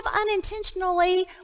unintentionally